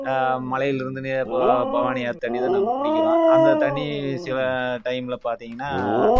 மலையிலருந்து இப்போது பவானி ஆற்று தண்ணி தான் நம்ம குடிக்கிறோம் அந்த தண்ணி சில டைமில் பார்த்தீங்கன்னா